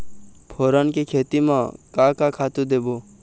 फोरन के खेती म का का खातू देबो?